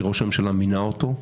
שראש הממשלה מינה אותו,